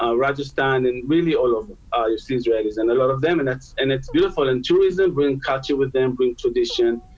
ah rajasthan and really all of ah us israelis and a lot of them and that's and it's beautiful and tourism bring culture with them bring tradition